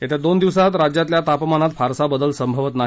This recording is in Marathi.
येत्या दोन दिवसात राज्यातल्या तापमानात फारसा बदल संभवत नाही